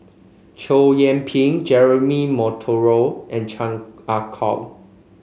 Chow Yian Ping Jeremy Monteiro and Chan Ah Kow